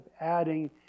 adding